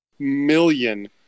million